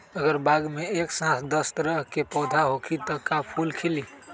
अगर बाग मे एक साथ दस तरह के पौधा होखि त का फुल खिली?